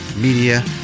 Media